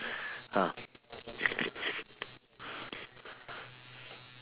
ah